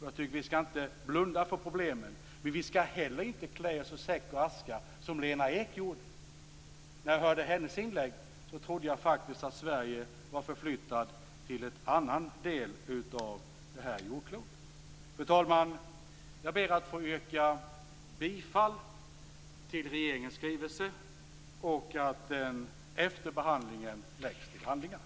Jag tycker inte att vi skall blunda för problemen, men vi skall heller inte klä oss i säck och aska, som Lena Ek gjorde. När jag hörde hennes inlägg trodde jag faktiskt att Sverige var förflyttat till en annan del av detta jordklot. Fru talman! Jag ber att få yrka bifall till regeringens skrivelse, och jag yrkar på att den efter behandlingen läggs till handlingarna.